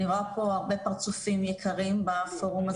אני רואה פה הרבה פרצופים יקרים בפורום הזה.